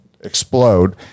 explode